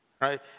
right